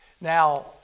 Now